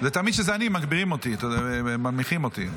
תמיד כשזה אני, מנמיכים אותי.